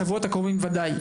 בשבועות הקרובים ודאי,